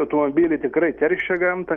automobiliai tikrai teršia gamtą